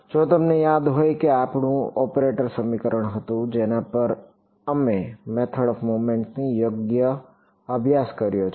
જો તમને યાદ હોય કે તે આપણું ઓપરેટર સમીકરણ હતું જેના પર અમે મેથડ ઓફ મોમેન્ટ્સ નો યોગ્ય અભ્યાસ કર્યો છે